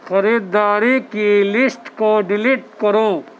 خریداری کی لیسٹ کو ڈیلیٹ کرو